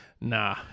Nah